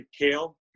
kale